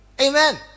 amen